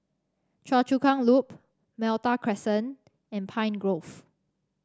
Choa Chu Kang Loop Malta Crescent and Pine Grove